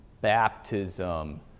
baptism